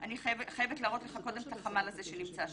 אני חייבת להראות לך קודם את החמ"ל הזה שנמצא שם.